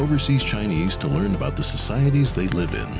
overseas chinese to learn about the societies they live in